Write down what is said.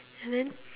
and then